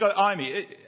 Amy